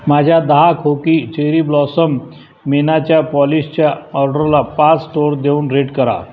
माझ्या दहा खोकी चेरी ब्लॉसम मेनाच्या पॉलिशच्या ऑर्डरला पाच स्टोर देऊन रेट करा